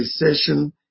recession